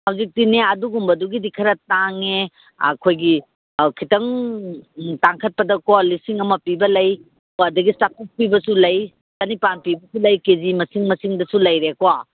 ꯍꯧꯖꯤꯛꯇꯤꯅꯦ ꯑꯗꯨꯒꯨꯝꯕꯗꯨꯒꯤꯗꯤ ꯈꯔ ꯇꯥꯡꯉꯦ ꯑꯩꯈꯣꯏꯒꯤ ꯈꯤꯇꯪ ꯇꯥꯡꯈꯠꯄꯗꯀꯣ ꯂꯤꯁꯤꯡ ꯑꯃ ꯄꯤꯕ ꯂꯩꯀꯣ ꯑꯗꯒꯤ ꯆꯥꯇ꯭ꯔꯨꯛ ꯄꯤꯕꯁꯨ ꯂꯩ ꯆꯅꯤꯄꯥꯟ ꯄꯤꯕꯁꯨ ꯂꯩ ꯀꯦ ꯖꯤ ꯃꯁꯤꯡ ꯃꯁꯤꯡꯗꯁꯨ ꯂꯩꯔꯦꯀꯣ